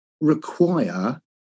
require